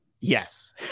Yes